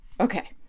Okay